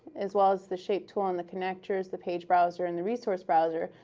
as well as the shape tool and the connectors, the page browser and the resource browser,